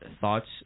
thoughts